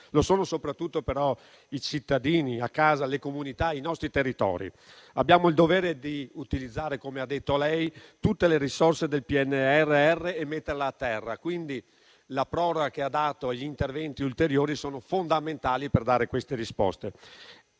sono però soprattutto i cittadini a casa, le comunità e i nostri territori. Abbiamo il dovere di utilizzare, come lei ha detto, tutte le risorse del PNRR e metterle a terra. Quindi la proroga prevista per gli interventi ulteriori è fondamentale per dare queste risposte